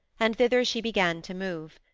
and thither she began to move.